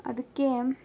ಅದಕ್ಕೆ